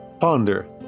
ponder